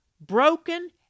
broken